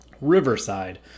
riverside